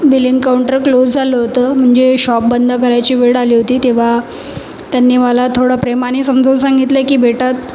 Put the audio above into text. billing counter close झालं होतं म्हणजे शॉप बंद करायची वेळ आली होती तेव्हा त्यांनी मला थोडं प्रेमाने समजवून सांगितलं की बेटा